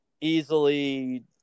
easily